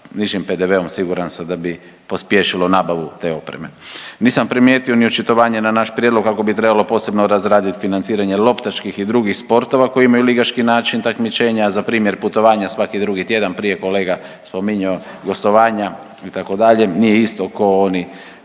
nižim PDV-om siguran sam da bi pospješilo nabavu te opreme. Nisam primijetio ni očitovanje na naš prijedlog kako bi trebalo posebno razradit financiranje loptaških i drugih sportova koji imaju ligaški način takmičenja, a za primjer putovanja svaki drugi tjedan prije je kolega spominjao gostovanja itd. nije isto ko oni